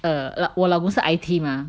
err 我老公是 I_T mah